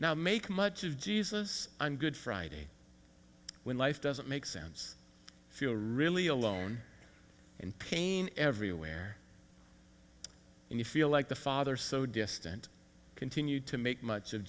now make much of jesus and good friday when life doesn't make sense if you're really alone in pain everywhere and you feel like the father so distant continue to make much of